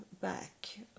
back